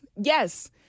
Yes